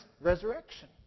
resurrection